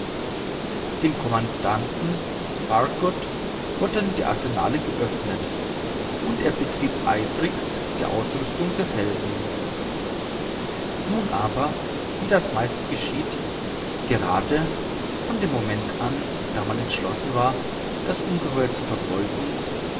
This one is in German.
dem commandanten farragut wurden die arsenale geöffnet und er betrieb eifrigst die ausrüstung derselben nun aber wie das meistens geschieht gerade von dem moment an da man entschlossen war das ungeheuer zu verfolgen